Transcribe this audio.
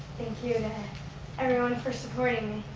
thank you and everyone for supporting